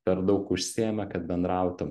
per daug užsiėmę kad bendrautų